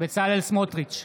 בצלאל סמוטריץ'